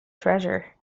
treasure